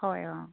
হয় অঁ